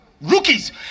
rookies